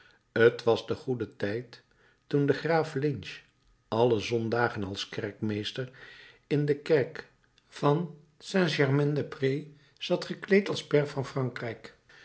t was de goede tijd toen de graaf lynch alle zondagen als kerkmeester in de kerk van st germain des prés zat gekleed als pair van frankrijk